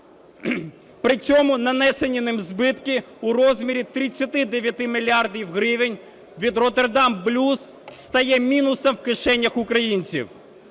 При цьому нанесені ним збитки у розмірі 39 мільярдів гривень від "Роттердам+" стає мінусом в кишенях українців.